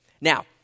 Now